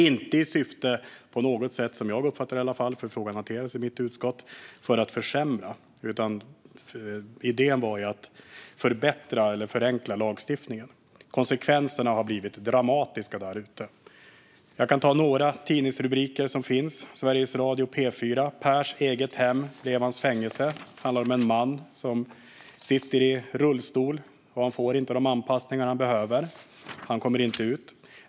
Syftet var inte att på något sätt försämra, i alla fall inte som jag uppfattade det; frågan hanterades i mitt utskott. Idén var att förbättra eller förenkla lagstiftningen. Konsekvenserna har blivit dramatiska där ute. Jag kan ta några rubriker som exempel. Sveriges Radio P4 skriver: "Pers eget hem blev hans fängelse". Det handlar om en man som sitter i rullstol och som inte får de anpassningar han behöver. Han kommer inte ut.